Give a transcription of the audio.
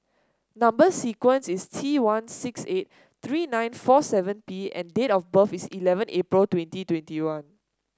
number sequence is T one six eight three nine four seven P and date of birth is eleven April twenty twenty one